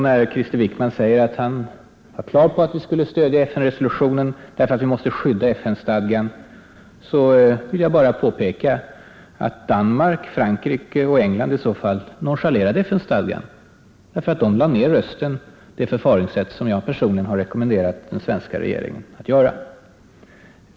När Krister Wickman säger att vi måste stödja FN-resolutionen därför att vi ska skydda FN-stadgan vill jag bara påpeka att Danmark, Frankrike och England i så fall nonchalerade FN-stadgan. De lade nämligen ner sina röster — det förfaringssätt som jag personligen rekommenderat den svenska regeringen att använda.